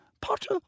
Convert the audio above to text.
Potter